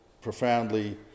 profoundly